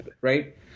right